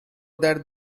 that